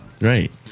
right